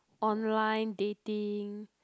online dating